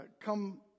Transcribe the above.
come